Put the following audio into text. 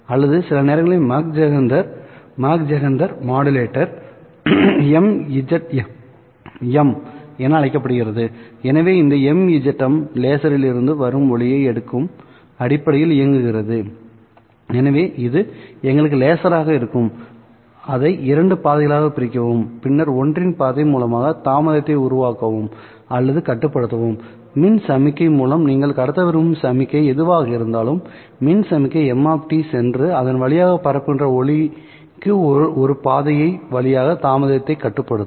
அல்லது சில நேரங்களில் மாக் ஜெஹெண்டர் மாடுலேட்டர் MZM என அழைக்கப்படுகிறது எனவே இந்த MZM லேசரிலிருந்து வரும் ஒளியை எடுக்கும் அடிப்படையில் இயங்குகிறதுஎனவே இது எங்களுக்கு லேசராக இருக்கும் அதை இரண்டு பாதைகளாகப் பிரிக்கவும் பின்னர் ஒன்றின் பாதை மூலம் தாமதத்தை உருவாக்கவும் அல்லது கட்டுப்படுத்தவும் மின் சமிக்ஞை மூலம் நீங்கள் கடத்த விரும்பும் சமிக்ஞை எதுவாக இருந்தாலும் மின் சமிக்ஞை m சென்று அதன் வழியாக பரப்புகின்ற ஒளிக்கு ஒரு பாதை வழியாக தாமதத்தை கட்டுப்படுத்தும்